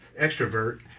extrovert